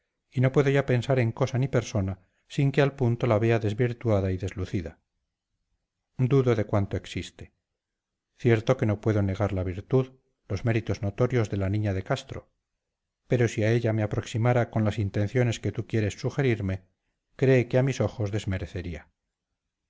y no puedo ya pensar en cosa ni persona sin que al punto la vea desvirtuada y deslucida dudo de cuanto existe cierto que no puedo negar la virtud los méritos notorios de la niña de castro pero si a ella me aproximara con las intenciones que tú quieres sugerirme cree que a mis ojos desmerecería